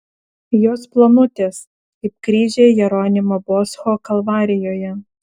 jos plonutės kaip kryžiai jeronimo boscho kalvarijoje